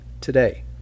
today